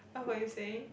what were you saying